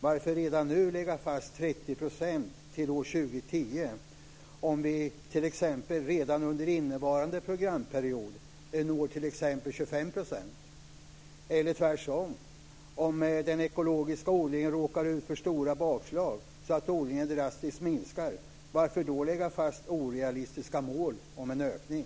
Varför redan nu lägga fast 30 % till år 2010? Tänk om vi t.ex. redan under innevarande programperiod når 25 %. Eller tänk om det blir tvärtom, att den ekologiska odlingen råkar ut för stora bakslag så att odlingen drastiskt minskar. Varför då lägga fast orealistiska mål om en ökning?